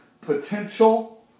potential